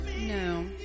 No